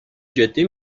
جدی